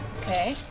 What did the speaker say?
Okay